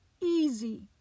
easy